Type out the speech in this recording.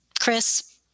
Chris